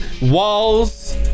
walls